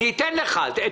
אתן לך בהמשך.